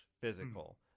physical